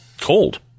cold